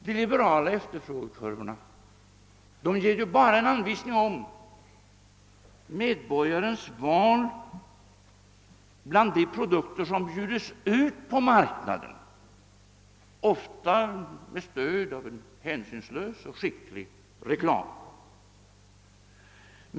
De liberala efterfrågekurvorna ger ju bara en anvisning om medborgarens val bland de produkter som bjuds ut på marknaden, ofta med stöd av en hänsynslös och skicklig reklam.